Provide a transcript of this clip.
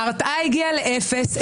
ההרתעה הגיעה לאפס,